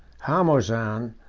harmozan,